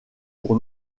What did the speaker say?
pour